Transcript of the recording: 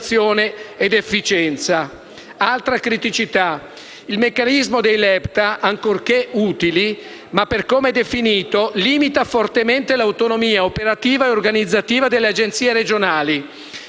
è relativa al meccanismo dei LEPTA che, ancorché utile, per come è definito limita fortemente l'autonomia operativa e organizzativa delle Agenzie regionali.